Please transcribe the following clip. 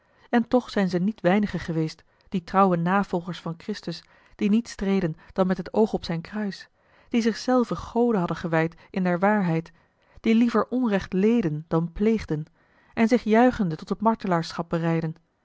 en toch zijn ze niet weinige geweest de trouwe navolgers van christus die niet streden dan met het oog op zijn kruis die zich zelven gode hadden gewijd in der waarheid die liever onrecht leden dan pleegden en zich juichende tot het